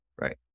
Right